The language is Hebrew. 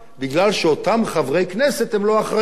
מפני שאותם חברי כנסת הם לא אחראים,